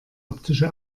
optische